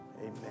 Amen